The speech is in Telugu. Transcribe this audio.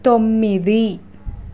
తొమ్మిది